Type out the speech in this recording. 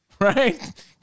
right